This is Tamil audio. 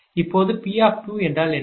இப்போது P என்றால் என்ன